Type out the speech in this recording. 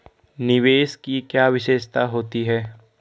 निवेश की क्या विशेषता होती है?